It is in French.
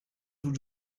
vous